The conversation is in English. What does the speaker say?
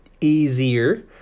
easier